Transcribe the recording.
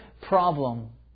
problem